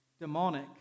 demonic